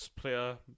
player